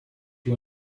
you